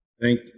Thank